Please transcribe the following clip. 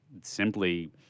simply